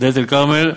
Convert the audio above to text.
דאלית-אלכרמל,